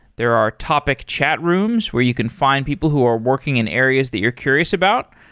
there are topic chat rooms where you can find people who are working in areas that you're curious about,